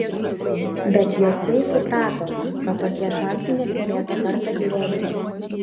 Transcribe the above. bet jociai suprato kad tokie šansai nesimėto kartą gyvenime